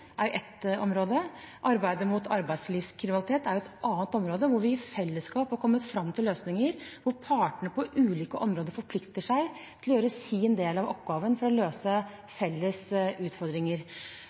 fellesskap har kommet fram til løsninger der partene på ulike områder forplikter seg til å gjøre sin del av oppgaven for å løse